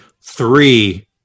three